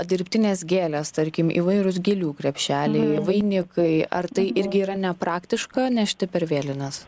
dirbtinės gėlės tarkim įvairūs gėlių krepšeliai vainikai ar tai irgi yra nepraktiška nešti per vėlines